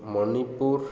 Manipur